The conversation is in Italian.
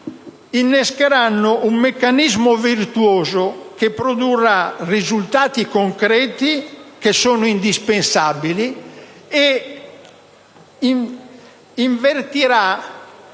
innescheranno un meccanismo virtuoso che produrrà risultati concreti, che sono indispensabili, ed invertirà